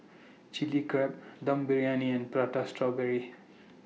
Chili Crab Dum Briyani and Prata Strawberry